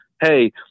hey